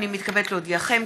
הינני מתכבדת להודיעכם,